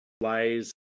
lies